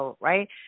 right